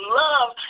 love